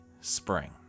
spring